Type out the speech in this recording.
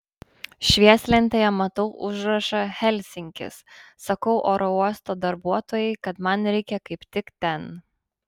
švieslentėje matau užrašą helsinkis sakau oro uosto darbuotojai kad man reikia kaip tik ten